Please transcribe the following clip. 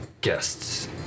guests